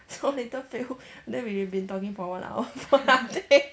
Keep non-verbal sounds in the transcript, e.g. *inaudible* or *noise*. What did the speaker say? so later fail then we have been talking for one hour for nothing *laughs*